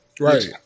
Right